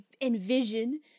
envision